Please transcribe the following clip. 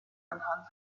anhand